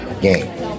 game